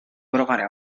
provare